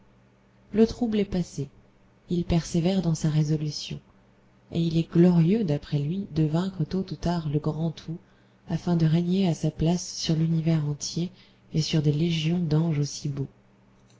le trouble est passé il persévère dans sa résolution et il est glorieux d'après lui de vaincre tôt ou tard le grand tout afin de régner à sa place sur l'univers entier et sur des légions d'anges aussi beaux